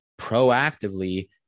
proactively